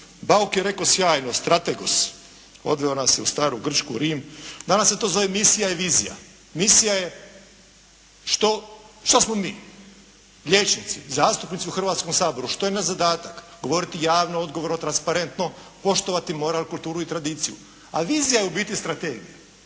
Bauk je rekao sjajno strategos, odveo nas je u staru Grčku, Rim. Danas se to zove misija i vizija. Misija je što smo mi? Liječnici. Zastupnici u Hrvatskom saboru. Što je naš zadatak? Govoriti javno, odgovorno, transparentno, poštovati moral, kulturu i tradiciju, ali vizija je u biti strategija.